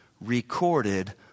recorded